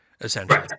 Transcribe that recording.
essentially